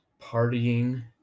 partying